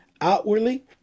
outwardly